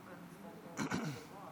בבקשה,